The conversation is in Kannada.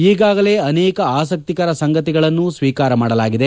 ಈಗಾಗಲೇ ಅನೇಕ ಆಸ್ತಿಕರ ಸಂಗತಿಗಳನ್ನು ಸ್ವೀಕಾರ ಮಾಡಲಾಗಿದೆ